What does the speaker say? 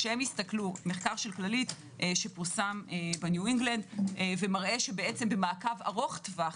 מחקר של כללית שפורסם בניו אינגלנד מראה שבמעקב ארוך טווח